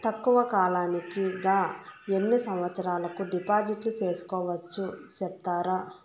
తక్కువ కాలానికి గా ఎన్ని సంవత్సరాల కు డిపాజిట్లు సేసుకోవచ్చు సెప్తారా